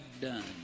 done